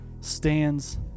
stands